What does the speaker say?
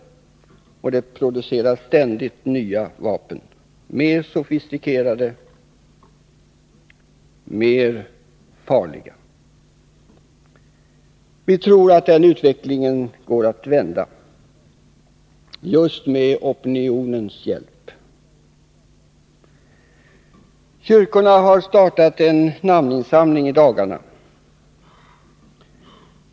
Det producerar ständigt nya vapen, mer sofistikerade, mer farliga. Men vi tror att den utvecklingen går att vända, just med opinionens hjälp. Kyrkorna har startat en namninsamling i dagarna.